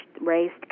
raised